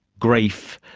grief,